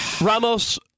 Ramos